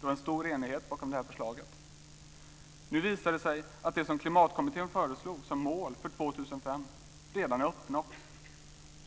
Det var en stor enighet bakom det här förslaget. Nu visar det sig att det som Klimatkommittén föreslog som mål för 2005 redan är uppnått.